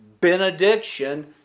benediction